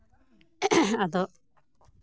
ᱟᱫᱚ